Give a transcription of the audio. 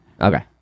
Okay